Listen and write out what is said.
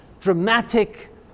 dramatic